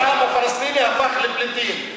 ב-1948 רוב העם הפלסטיני הפך לפליטים.